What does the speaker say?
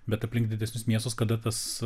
bet aplink didesnius miestus kada tas